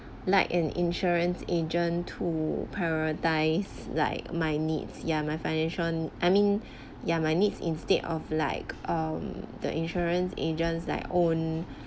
like an insurance agent to prioritise like my needs yeah my financial I mean yeah my needs instead of like um the insurance agents like own